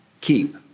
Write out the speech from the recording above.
keep